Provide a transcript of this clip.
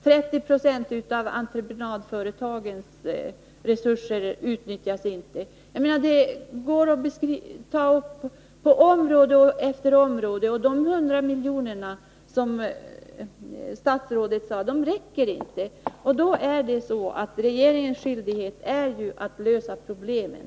30 20 av entreprenadföretagens resurser utnyttjas inte. Likadant är det på område efter område. De 100 miljoner som statsrådet nämnde räcker inte. Det är regeringens skyldighet att lösa de här problemen.